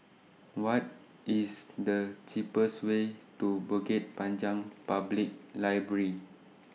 What IS The cheapest Way to Bukit Panjang Public Library